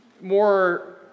more